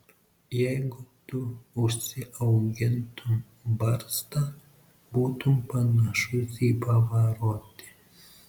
jeigu tu užsiaugintum barzdą būtum panašus į pavarotį